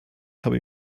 habe